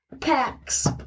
packs